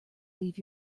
leave